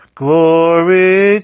glory